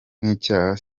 nk’icyaha